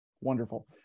wonderful